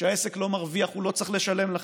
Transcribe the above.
כשהעסק לא מרוויח הוא לא צריך לשלם לכם.